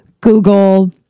Google